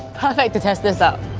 perfect to test this out!